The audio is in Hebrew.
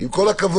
עם כל הכבוד.